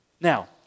Now